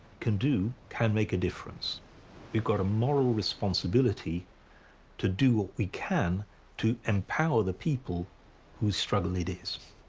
can do can make a difference we've got a moral responsibility to do what we can to empower the people whose struggle it is.